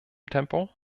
tempo